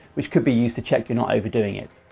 which could be used to check you're not overdoing it.